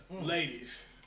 Ladies